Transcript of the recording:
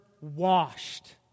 washed